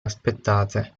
aspettate